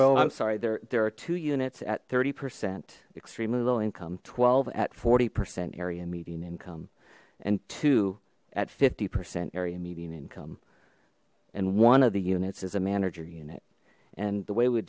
two i'm sorry there there are two units at thirty percent extremely low income twelve at forty percent area median income and two at fifty percent area median income and one of the units as a manager unit and the way we